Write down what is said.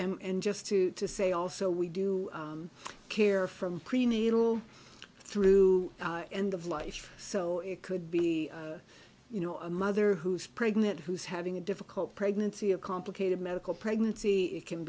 view and just to say also we do care from prenatal through end of life so it could be you know a mother who's pregnant who's having a difficult pregnancy a complicated medical pregnancy it can